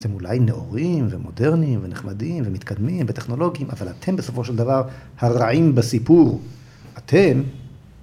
אתם אולי נאורים ומודרניים ונחמדים ומתקדמים וטכנולוגים, אבל אתם בסופו של דבר הרעים בסיפור. אתם...